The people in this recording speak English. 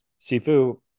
Sifu